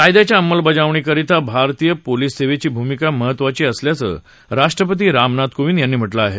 कायद्याच्या अंमलबजावणीकरता भारतीय पोलीस सेवेची भूमिका महत्वाची असल्याचं राष्ट्रपती रामनाथ कोविंद यांनी म्हटलं आहे